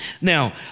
Now